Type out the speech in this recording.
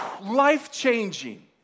life-changing